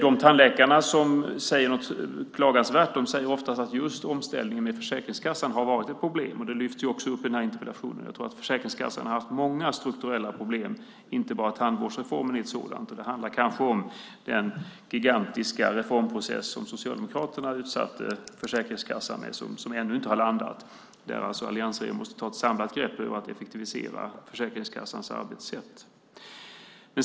De tandläkare som har något klagomål säger oftast att just omställningen med Försäkringskassan har varit ett problem, och det lyfts ju också upp i den här interpellationen. Jag tror att Försäkringskassan har haft många strukturella problem. Inte bara tandvårdsreformen är ett sådant, utan det handlar kanske också om den gigantiska reformprocess som Socialdemokraterna utsatte Försäkringskassan för och som ännu inte har landat. Där måste alliansregeringen ta ett samlat grepp för att effektivisera Försäkringskassans arbetssätt.